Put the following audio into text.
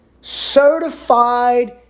certified